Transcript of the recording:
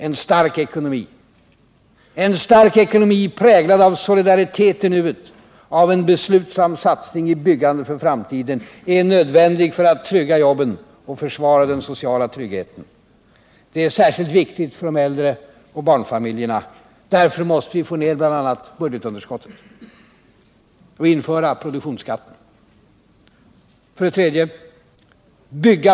En stark ekonomi En stark ekonomi, präglad av solidaritet i nuet och av en beslutsam satsning i byggande för framtiden, är nödvändig för att trygga jobben och försvara den sociala tryggheten. Det är särskilt viktigt för de äldre och för barnfamiljerna. Därför måste vi redan nu inleda en minskning av budgetunderskottet och införa en produktionsskatt.